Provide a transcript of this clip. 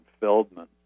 Feldman